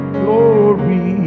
glory